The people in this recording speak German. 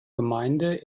gemeinde